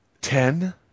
Ten